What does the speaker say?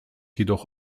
jedoch